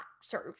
serve